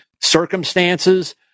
circumstances